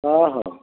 हा हा